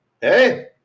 hey